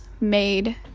made